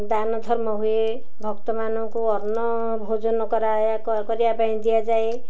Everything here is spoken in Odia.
ଦାନ ଧର୍ମ ହୁଏ ଭକ୍ତମାନଙ୍କୁ ଅନ୍ନ ଭୋଜନ କରା କରିବା ପାଇଁ ଦିଆଯାଏ